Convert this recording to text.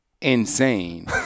insane